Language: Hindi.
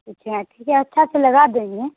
अच्छा ठीक है अच्छे से लगा देंगे